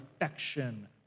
affection